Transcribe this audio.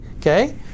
okay